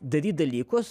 daryti dalykus